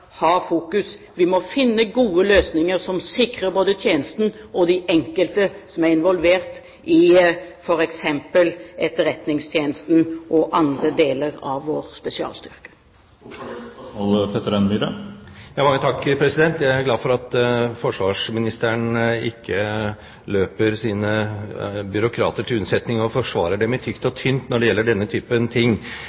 ha fokus. Vi må finne gode løsninger som sikrer både tjenesten og de enkelte som er involvert i f.eks. Etterretningstjenesten og andre deler av vår spesialstyrke. Jeg er glad for at forsvarsministeren ikke løper sine byråkrater til unnsetning og forsvarer dem i tykt